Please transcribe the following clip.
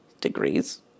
degrees